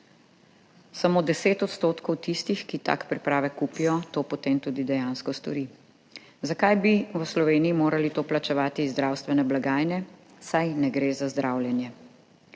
Samo deset odstotkov tistih, ki tak pripravek kupijo, to potem tudi dejansko stori. Zakaj bi v Sloveniji morali to plačevati iz zdravstvene blagajne, saj ne gre za zdravljenje?